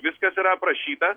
viskas yra aprašyta